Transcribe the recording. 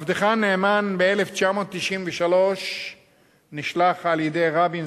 עבדך הנאמן ב-1993 נשלח על-ידי רבין,